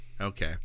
Okay